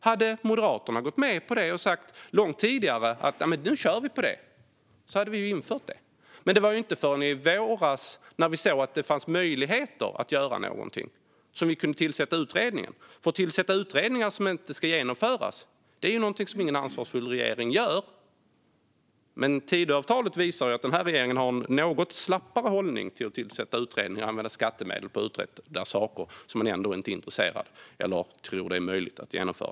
Hade Moderaterna gått med på det och långt tidigare sagt att vi kör på detta, då hade vi infört den. Men det var inte förrän i våras när vi såg att det fanns möjligheter att göra något som vi kunde tillsätta utredningen - att tillsätta utredningar som inte ska genomföras är nämligen något som ingen ansvarsfull regering gör. Tidöavtalet visar dock att den nya regeringen har en något slappare hållning när det gäller att tillsätta utredningar och använda skattemedel till att utreda saker som man ändå inte är intresserad av eller som man ändå inte tror är möjliga att genomföra.